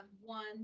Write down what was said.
one